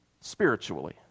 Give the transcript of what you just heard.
spiritually